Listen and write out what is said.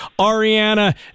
Ariana